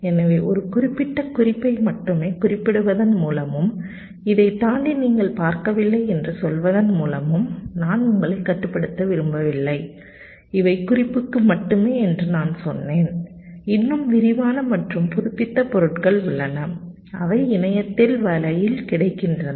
எனவே ஒரு குறிப்பிட்ட குறிப்பை மட்டுமே குறிப்பிடுவதன் மூலமும் இதைத் தாண்டி நீங்கள் பார்க்கவில்லை என்று சொல்வதன் மூலமும் நான் உங்களை கட்டுப்படுத்த விரும்பவில்லை இவை குறிப்புக்கு மட்டுமே என்று நான் சொன்னேன் இன்னும் விரிவான மற்றும் புதுப்பித்த பொருட்கள் உள்ளன அவை இணையத்தில் வலையில் கிடைக்கின்றன